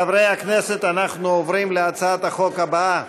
חברי הכנסת, אנחנו עוברים להצעת החוק הבאה: